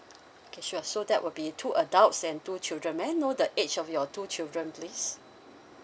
okay sure so that will be two adults and two children may I know the age of your two children please